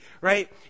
right